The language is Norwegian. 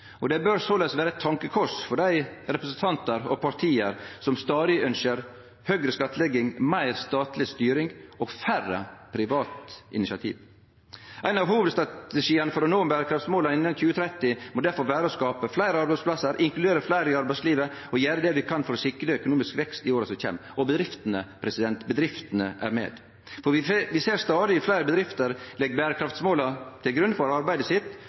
og det bør såleis vere eit tankekors for dei representantar og parti som stadig ønskjer høgare skattlegging, meir statleg styring og færre private initiativ. Ein av hovudstrategiane for å nå berekraftsmåla innan 2030 må difor vere å skape fleire arbeidsplassar, inkludere fleire i arbeidslivet og gjere det vi kan for å sikre økonomisk vekst i åra som kjem – og bedriftene er med. Vi ser at stadig fleire bedrifter legg berekraftsmåla til grunn for arbeidet sitt,